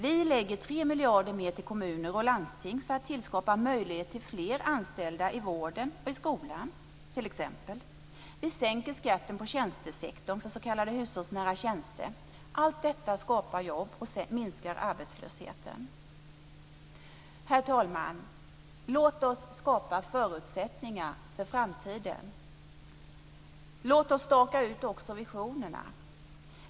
Vi lägger 3 miljarder mer till kommuner och landsting för att skapa möjlighet för fler anställda i vården och i skolan, t.ex. Vi sänker skatten i tjänstesektorn för s.k. hushållsnära tjänster. Allt detta skapar jobb och minskar arbetslösheten. Herr talman! Låt oss skapa förutsättningar för framtiden. Låt oss staka ut visionerna.